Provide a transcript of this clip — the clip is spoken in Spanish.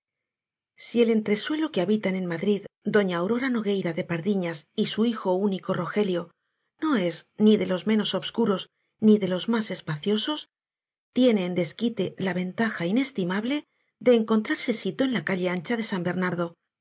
i si el entresuelo que habitan en madrid doña aurora nogueira de pardiñas y su hijo único rogelio no es ni de los menos obscuros ni de los más espaciosos tiene en desquite la ventaja inestimable de encontrarse sito en la calle ancha de san bernardo